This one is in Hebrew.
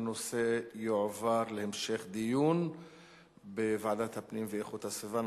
הנושא יועבר להמשך דיון בוועדת הפנים והגנת הסביבה.